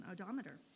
odometer